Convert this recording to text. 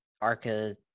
Arca